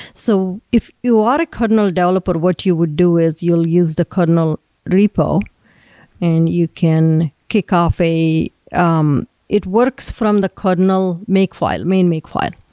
so if you are a kernel developer, what you would do is you'll use the kernel repo and you can kick off a um it works from the kernel make file, main make file.